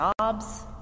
jobs